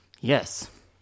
Yes